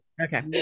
Okay